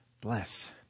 bless